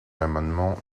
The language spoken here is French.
l’amendement